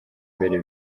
mbere